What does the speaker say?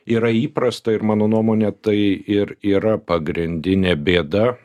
yra įprasta ir mano nuomone tai ir yra pagrindinė bėda